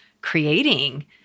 creating